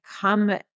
come